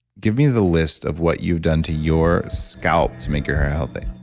give me the list of what you've done to your scalp to make your hair healthy